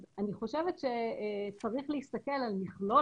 אז אני חושבת שצריך להסתכל על מכלול